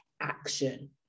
action